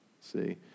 see